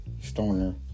stoner